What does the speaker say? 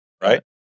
Right